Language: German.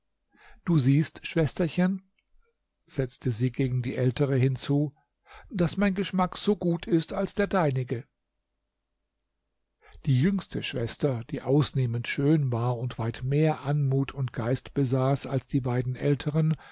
du siehst schwesterchen setzte sie gegen die ältere hinzu daß mein geschmack so gut ist als der deinige die jüngste schwester die ausnehmend schön war und weit mehr anmut und geist besaß als die beiden älteren